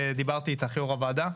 ודיברתי איתך על זה יו"ר הוועדה,